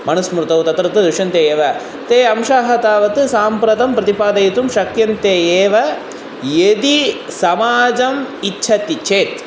मनुस्मृतौ तत्र तत्र दृश्यन्ते एव ते अंशाः तावत् साम्प्रतं प्रतिपादयितुं शक्यन्ते एव यदि समाजम् इच्छति चेत्